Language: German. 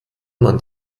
man